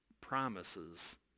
promises